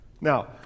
Now